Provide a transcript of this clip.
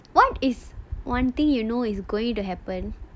what is one thing you know is going to happen